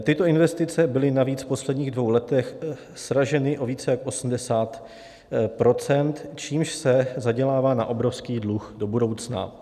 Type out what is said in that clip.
Tyto investice byly navíc v posledních dvou letech sraženy o více jak 80 %, čímž se zadělává na obrovský dluh do budoucna.